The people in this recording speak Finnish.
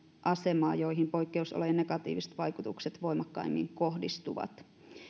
asemaa joihin poikkeusolojen negatiiviset vaikutukset voimakkaimmin kohdistuvat